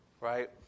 right